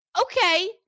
okay